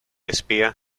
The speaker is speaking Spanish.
espía